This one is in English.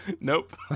Nope